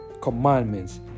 commandments